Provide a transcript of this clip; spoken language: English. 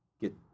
get